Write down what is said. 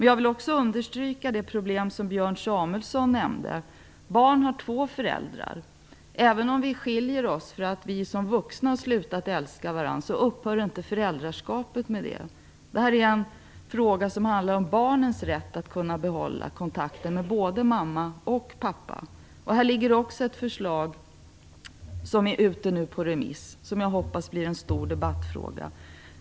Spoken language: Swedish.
Jag vill också understryka det problem som Björn Samuelson nämnde. Barn har två föräldrar. Även om vi skiljer oss, därför att vi som vuxna slutat älska varandra, upphör inte föräldraskapet i och med det. Det här är en fråga som handlar om barnens rätt att kunna behålla kontakten med både mamma och pappa. Också här finns ett förslag som nu är ute på remiss och som jag hoppas blir en stor debattfråga.